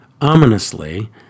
Ominously